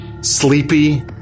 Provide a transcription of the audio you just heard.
sleepy